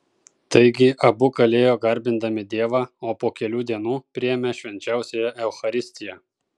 taigi abu kalėjo garbindami dievą o po kelių dienų priėmė švenčiausiąją eucharistiją